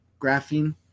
graphene